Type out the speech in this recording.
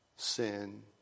Sin